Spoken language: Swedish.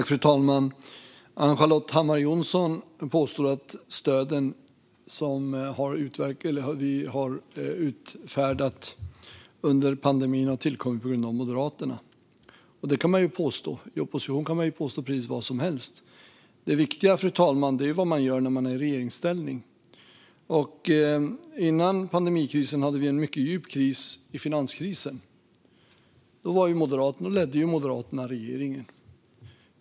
Fru talman! Ann-Charlotte Hammar Johnsson påstår att stöden som vi har utfärdat under pandemin har tillkommit på grund av Moderaterna. Det kan man ju påstå. När man är i opposition kan man påstå precis vad som helst. Det viktiga är vad man gör när man är i regeringsställning, fru talman. Före pandemikrisen hade vi en mycket djup finanskris. Då ledde Moderaterna regeringen.